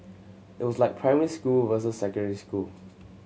it was like primary school versus secondary school